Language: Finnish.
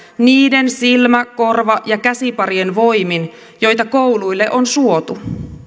niiden silmä korva ja käsiparien voimin joita kouluille on suotu